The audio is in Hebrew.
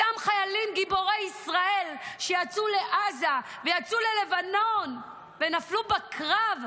אותם חיילים גיבורי ישראל יצאו לעזה ויצאו ללבנון ונפלו בקרב,